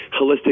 holistic